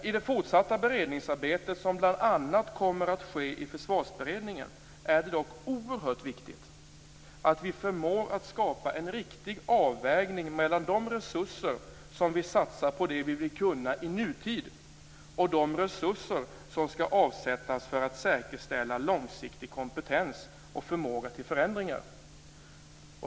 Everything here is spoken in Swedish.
I det fortsatta beredningsarbetet, som bl.a. kommer att ske i Försvarsberedningen, är det dock oerhört viktigt att vi förmår skapa en riktig avvägning mellan de resurser som vi satsar på det vi vill kunna i nutid och de resurser som skall avsättas för att säkerställa långsiktig kompetens och förmåga till förändringar.